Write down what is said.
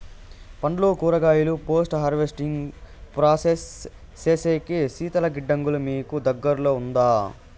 పండ్లు కూరగాయలు post harvesting process సేసేకి శీతల గిడ్డంగులు మీకు దగ్గర్లో ఉందా?